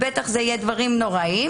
בטח אלה יהיו דברים נוראיים,